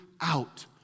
out